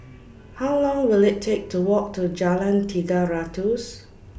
How Long Will IT Take to Walk to Jalan Tiga Ratus